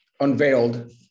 unveiled